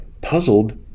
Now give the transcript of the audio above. Puzzled